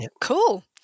Cool